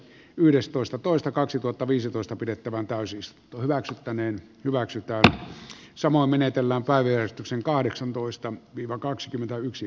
yhdestoista toista kaksituhattaviisitoista pidettävän tai siis tuo hyväksyttäneen hyväksytään samoin menetellään päivystyksen kahdeksantoista viiva kaksikymmentäyksi